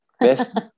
Best